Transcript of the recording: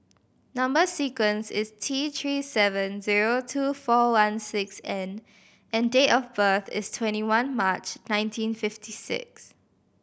number sequence is T Three seven zero two four one six N and date of birth is twenty one March nineteen fifty six